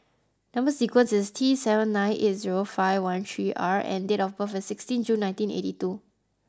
number sequence is T seven nine eight zero five one three R and date of birth is sixteen June nineteen eighty two